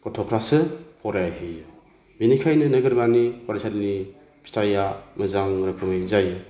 गथ'फ्रासो फरायहैयो बेनिखायनो नोगोरमानि फरायसालिनि फिथाइया मोजां रोखोमनि जायो